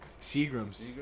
Seagrams